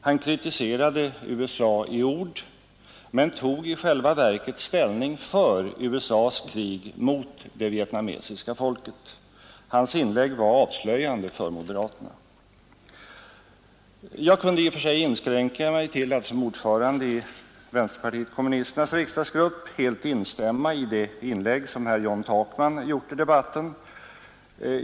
Han kritiserade USA i ord men tog i själva verket ställning för USA:s krig mot det vietnamesiska folket. Hans inlägg var avslöjande för moderaterna. Som ordförande i vänsterpartiet kommunisternas riksdagsgrupp skulle jag kunna inskränka mig till att helt instämma i det inlägg som herr John Takman gjort i debatten.